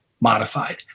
modified